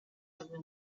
ago